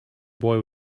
boy